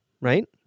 right